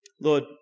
Lord